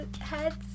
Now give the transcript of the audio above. heads